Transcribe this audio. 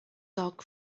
dog